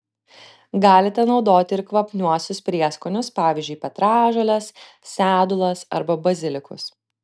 galite naudoti ir kvapniuosius prieskonius pavyzdžiui petražoles sedulas arba bazilikus